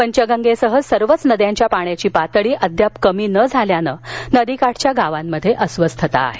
पंचगंगेसह सर्वच नद्यांच्या पाण्याची पातळी अद्याप कमी न झाल्यानं नदीकाठच्या गावांमध्ये वस्वस्थता आहे